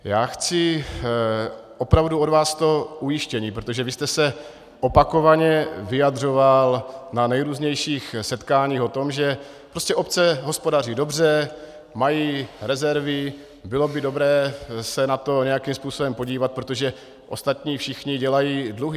Já chci opravdu od vás to ujištění, protože vy jste se opakovaně vyjadřoval na nejrůznějších setkáních o tom, že prostě obce hospodaří dobře, mají rezervy, bylo by dobré se na to nějakým způsobem podívat, protože ostatní všichni dělají dluhy.